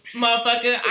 motherfucker